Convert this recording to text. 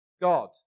God